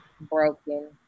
Broken